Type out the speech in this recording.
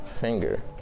finger